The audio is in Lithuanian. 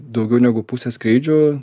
daugiau negu pusė skrydžių